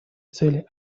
цели